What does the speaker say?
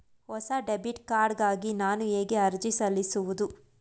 ಹೊಸ debit card ಗಾಗಿ ನಾನು ಹೇಗೆ ಅರ್ಜಿ ಸಲ್ಲಿಸುವುದು?